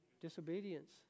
Disobedience